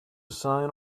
sign